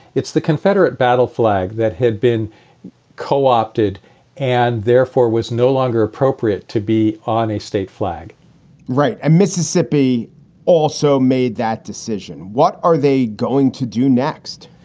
it's the confederate battle flag that had been co-opted and therefore was no longer appropriate to be on a state flag right. and mississippi also made that decision. what are they going to do next?